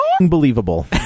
unbelievable